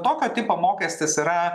tokio tipo mokestis yra